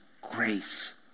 grace